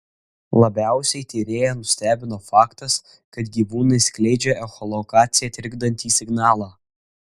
labiausiai tyrėją nustebino faktas kad gyvūnai skleidžia echolokaciją trikdantį signalą